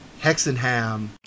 Hexenham